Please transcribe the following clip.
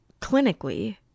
clinically